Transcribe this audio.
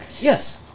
Yes